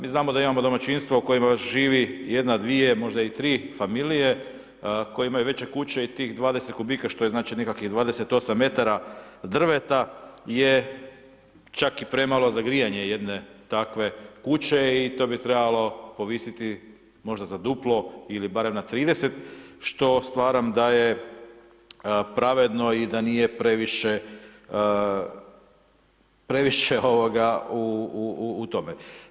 Mi znamo da imamo domaćinstvo u kojima živi 1, 2 možda i 3 familije i koje imaju veće kuće i tih 20 kubika, što je znači nekakvih 28 metara drveta, je čak i premalo za grijanje jedne takve kuće i to bi trebalo povisiti možda za duplo ili barem za 30, što smatram da je pravedno i da nije previše u tome.